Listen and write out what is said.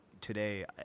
today